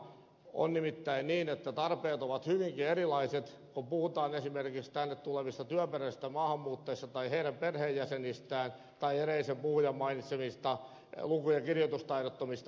on nimittäin niin että tarpeet ovat hyvinkin erilaiset kun puhutaan esimerkiksi tänne tulevista työperäisistä maahanmuuttajista tai heidän perheenjäsenistään tai edellisen puhujan mainitsemista luku ja kirjoitustaidottomista henkilöistä